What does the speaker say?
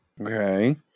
Okay